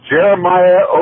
Jeremiah